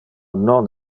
non